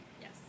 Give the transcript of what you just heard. Yes